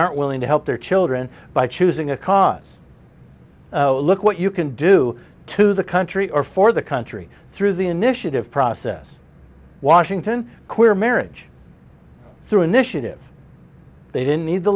aren't willing to help their children by choosing a cause look what you can do to the country or for the country through the initiative process washington queer marriage through initiatives they didn't need the